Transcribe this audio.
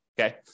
Okay